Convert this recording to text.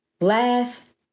Laugh